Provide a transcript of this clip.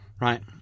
right